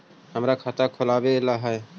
हमरा खाता खोलाबे ला है?